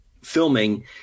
filming